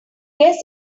guess